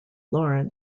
democrat